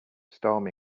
storm